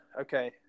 okay